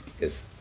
Yes